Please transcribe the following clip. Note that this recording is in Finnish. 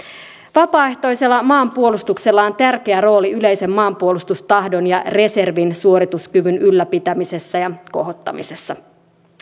vapaaehtoisella maanpuolustuksella on tärkeä rooli yleisen maanpuolustustahdon ja reservin suorituskyvyn ylläpitämisessä ja kohottamisessa